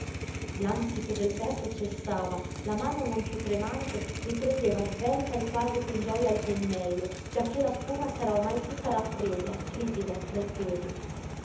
l'ànsito del petto cessava la mano non piú tremante riprendeva svelta e quasi con gioja il pennello giacché la spuma s'era ormai tutta rappresa frigida tra i peli